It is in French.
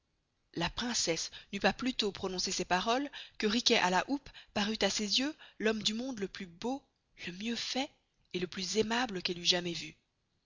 la princesse n'eut pas plustost prononcé ces paroles que riquet à la houppe parut à ses yeux l'homme du monde le plus beau le mieux fait et le plus aimable qu'elle eust jamais vû